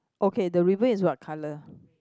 okay the river is what colour